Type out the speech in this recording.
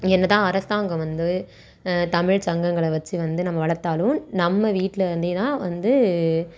என்னதான் அரசாங்கம் வந்து தமிழ் சங்கங்களை வச்சு வந்து நம்ம வளர்த்தாலும் நம்ம வீட்டிலேருந்தேதான் வந்து